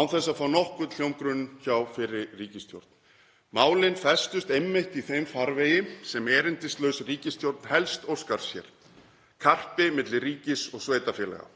án þess að fá nokkurn hljómgrunn hjá fyrri ríkisstjórn. Málin festust einmitt í þeim farvegi sem erindislaus ríkisstjórn helst óskar sér, karpi milli ríkis og sveitarfélaga.